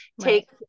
Take